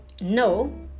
no